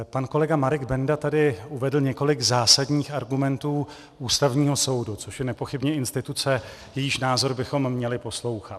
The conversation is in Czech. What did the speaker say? Pan kolega Marek Benda tady uvedl několik zásadních argumentů Ústavního soudu, což je nepochybně instituce, jejíž názory bychom měli poslouchat.